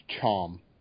charm